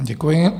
Děkuji.